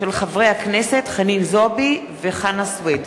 הצעת חברי הכנסת חנין זועבי וחנא סוייד.